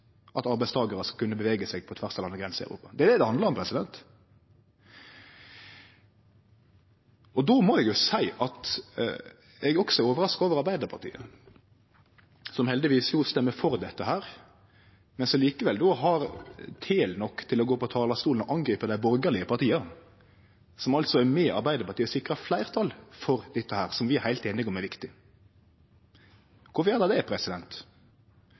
at arbeidstakarar skal kunne bevege seg på tvers av landegrenser i Europa. Det er det det handlar om. Eg må også seie at eg er overraska over Arbeidarpartiet, som heldigvis røystar for dette, men som likevel har tæl nok til å gå på talarstolen og angripe dei borgarlege partia, som saman med Arbeidarpartiet sikrar fleirtal for dette, som vi er heilt einige om er viktig. Kvifor gjer dei det,